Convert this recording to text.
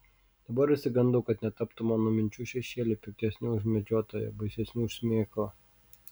dabar išsigandau kad netaptų mano minčių šešėliu piktesniu už medžiotoją baisesniu už šmėklą